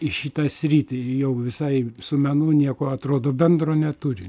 į šitą sritį jau visai su menu nieko atrodo bendro neturi